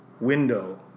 window